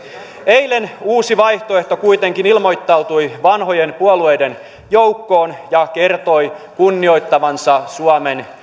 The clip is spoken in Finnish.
eilen uusi vaihtoehto kuitenkin ilmoittautui vanhojen puolueiden joukkoon ja kertoi kunnioittavansa suomen